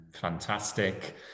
fantastic